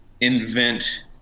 invent